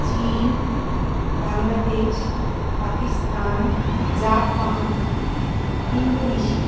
চীন Bangladesh Pakistan Japan Indonesia